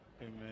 amen